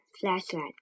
flashlight